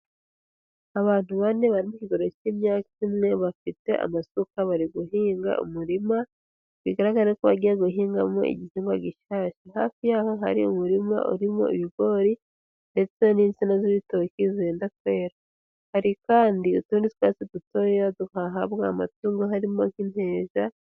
Abantu bane bari mu kigero k'imyaka imwe bafite amasuka bari guhinga umurima, bigaragara ko bagiye guhingamo igihingwa gishyashya, hafi yaho hari umurima urimo ibigori ndetse n'insina z'ibitoki zigiye kwera, hari kandi utundi twatsi dutoya duhahabwa amatungo harimo nk'inteja.